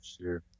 sure